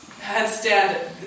headstand